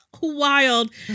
wild